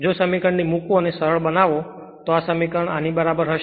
જો સમીકરણ ને મૂકો અને સરળ બનાવો તો આ આ સમીકરણ બરાબર હશે